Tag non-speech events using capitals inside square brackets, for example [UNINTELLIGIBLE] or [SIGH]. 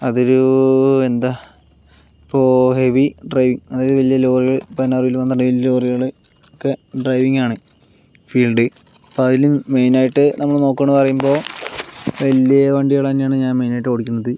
അതൊരു എന്താ ഇപ്പോൾ ഹെവി ഡ്രൈവിംഗ് അതായത് വല്ല്യ ലോറികൾ പിന്നെ [UNINTELLIGIBLE] വല്ല്യ ലോറികൾ ഒക്കെ ഡ്രൈവിങ്ങാണ് ഫീൽഡ് അപ്പോൾ അതിനു മെയിനായിട്ട് നമ്മൾ നോക്കണതെന്ന് പറയുമ്പോൾ വല്ല്യ വണ്ടികൾ തന്നെയാണ് ഞാൻ മെയിനായിട്ട് ഓടിക്കുന്നത്